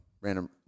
random